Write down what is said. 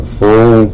full